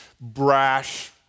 brash